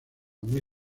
muy